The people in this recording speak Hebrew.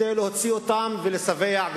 כדי להוציא אותן ולהשביע,